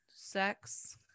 Sex